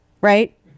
right